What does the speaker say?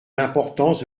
l’importance